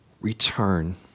Return